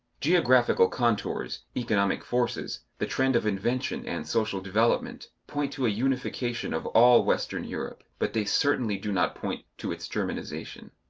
geographical contours, economic forces, the trend of invention and social development, point to a unification of all western europe, but they certainly do not point to its germanization.